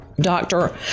doctor